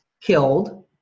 killed